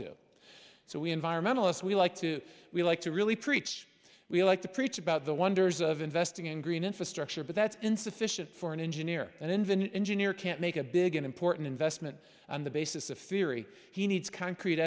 do so we environmentalists we like to we like to really preach we like to preach about the wonders of investing in green infrastructure but that's insufficient for an engineer and investment engineer can't make a big important investment on the basis of theory he needs concrete